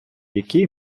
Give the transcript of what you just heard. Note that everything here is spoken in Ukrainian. який